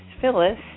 Phyllis